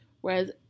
Whereas